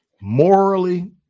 morally